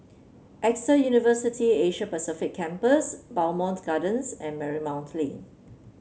AXA University Asia Pacific Campus Bowmont Gardens and Marymount Lane